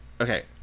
Okay